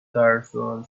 carson